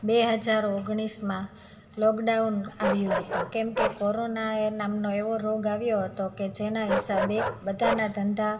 બે હજાર ઓગણીસમાં લોકડાઉન આવ્યું હતું કેમકે કોરોના એ નામનો એવો રોગ આવ્યો હતો કે જેના હિસાબે બધાના ધંધા